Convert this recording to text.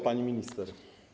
Pani Minister!